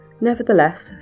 Nevertheless